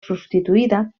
substituïda